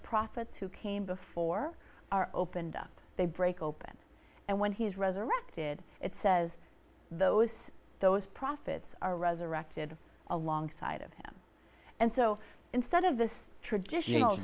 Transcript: prophets who came before are opened up they break open and when he's resurrected it says those those profits are resurrected alongside of him and so instead of this traditional